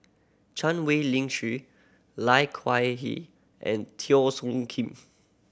Chan Wei Ling Lai Kew Hee and Teo Soon Kim